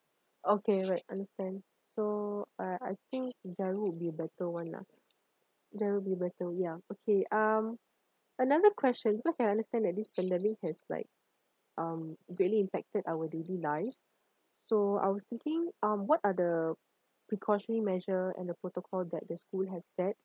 okay right understand so alright I think giro would be a better one lah giro will be better ya okay um another question cause I understand that this pandemic has like um greatly impacted our daily life so I was thinking um what are the precautionary measure and the protocol that the school have set